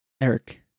Eric